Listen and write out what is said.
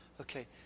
Okay